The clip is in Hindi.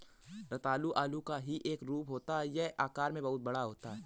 रतालू आलू का ही एक रूप होता है यह आकार में बहुत बड़ा होता है